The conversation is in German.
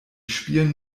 spielen